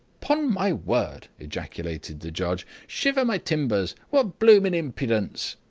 pon my word! ejaculated the judge. shiver my timbers! what blooming impudence!